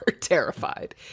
terrified